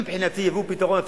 אם מבחינתי יביאו פתרון,